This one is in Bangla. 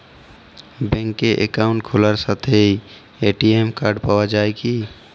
ব্যাঙ্কে অ্যাকাউন্ট খোলার সাথেই এ.টি.এম কার্ড পাওয়া যায় কি?